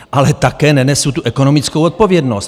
Ale také nenesu tu ekonomickou odpovědnost.